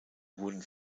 wurden